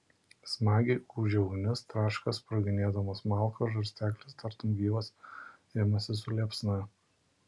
smagiai ūžia ugnis traška sproginėdamos malkos žarsteklis tartum gyvas imasi su liepsna